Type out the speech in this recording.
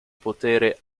potere